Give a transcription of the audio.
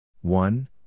one